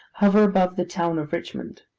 hover above the town of richmond.